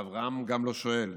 ואברהם גם לא שואל,